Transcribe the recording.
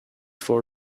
for